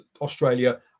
Australia